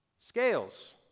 scales